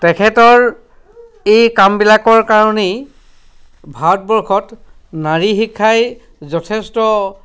তেখেতৰ এই কামবিলাকৰ কাৰণেই ভাৰতবৰ্ষত নাৰী শিক্ষাই যথেষ্ট